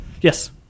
Yes